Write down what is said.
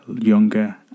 younger